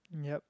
yup